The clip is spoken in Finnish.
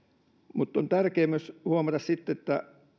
on tärkeää myös sitten huomata että